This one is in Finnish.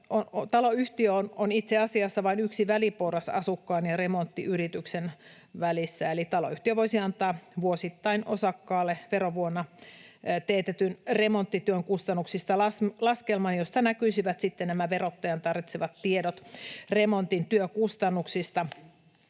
Taloyhtiö on itse asiassa vain yksi väliporras asukkaan ja remonttiyrityksen välissä, eli taloyhtiö voisi antaa vuosittain osakkaalle verovuonna teetetyn remonttityön kustannuksista laskelman, josta näkyisivät nämä verottajan tarvitsevat tiedot remontin työkustannuksista,